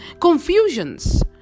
confusions